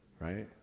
right